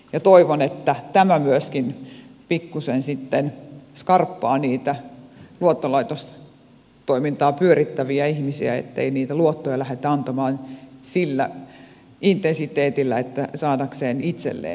ja toivon että tämä myöskin pikkuisen sitten skarppaa niitä luottolaitostoimintaa pyörittäviä ihmisiä ettei niitä luottoja lähdetä antamaan sillä intensiteetillä että saataisiin itselle lisää tuloja